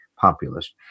populist